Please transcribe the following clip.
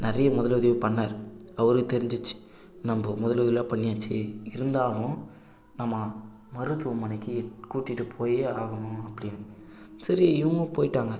நிறைய முதல் உதவி பண்ணிணாரு அவருக்கும் தெரிஞ்சிச்சி நம்ம முதல் உதவிலாம் பண்ணியாச்சி இருந்தாலும் நம்ம மருத்துவமனைக்கு கூட்டிகிட்டு போயே ஆகணும் அப்படின்னு சரி இவங்க போயிட்டாங்க